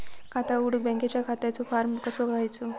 खाता उघडुक बँकेच्या खात्याचो फार्म कसो घ्यायचो?